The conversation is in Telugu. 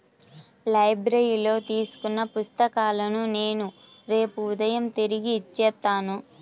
లైబ్రరీలో తీసుకున్న పుస్తకాలను నేను రేపు ఉదయం తిరిగి ఇచ్చేత్తాను